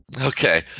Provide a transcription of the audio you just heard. Okay